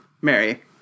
Mary